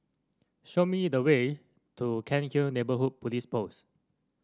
show me the way to Cairnhill Neighbourhood Police Post